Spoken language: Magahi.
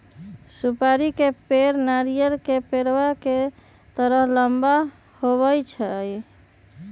सुपारी के पेड़ नारियल के पेड़वा के तरह लंबा होबा हई